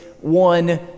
one